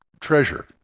treasure